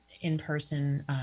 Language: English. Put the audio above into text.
in-person